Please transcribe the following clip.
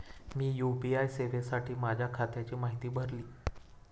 मी UPI सेवेसाठी माझ्या खात्याची माहिती भरली